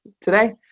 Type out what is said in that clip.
today